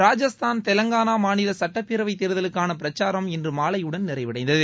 ராஜஸ்தான் தெலுங்கானா மாநில சட்டப்பேரவைத் தேர்தலுக்கான பிரச்சாரம் இன்று மாலையுடன் நிறைவடைந்தது